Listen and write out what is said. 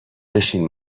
بشین